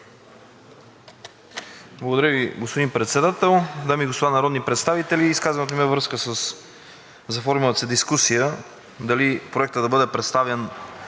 Благодаря Ви, господин Председател. Дами и господа народни представители, изказването ми е във връзка със заформилата се дискусия – дали проектът да бъде представян